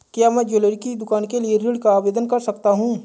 क्या मैं ज्वैलरी की दुकान के लिए ऋण का आवेदन कर सकता हूँ?